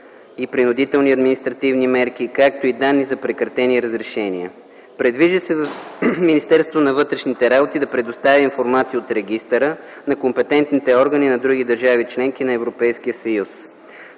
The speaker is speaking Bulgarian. и принудителните административни мерки, както и данни за прекратени разрешения. Предвижда се Министерството на вътрешните работи да предоставя информация от регистъра на компетентните органи на други държави – членки на Европейския съюз.